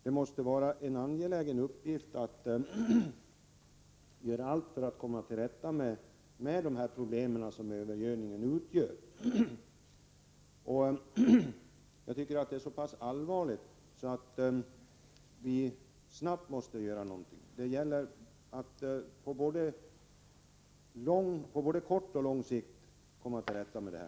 Det måste vara mycket angeläget att allt görs för att komma till rätta med de problem som övergödningen utgör. Problemen är så pass allvarliga att vi måste göra någonting snabbt. Det gäller att på både kort och lång sikt komma till rätta med dem.